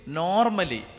normally